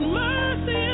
mercy